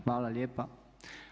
Hvala lijepa.